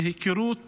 מהיכרות